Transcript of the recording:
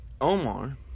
Omar